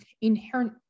inherent